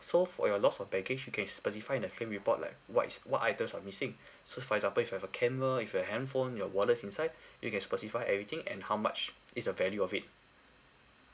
so for your loss of baggage you can specify in the claim report like what is what items are missing so for example if you have a camera you have your handphone your wallets inside you can specify everything and how much is the value of it